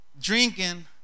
drinking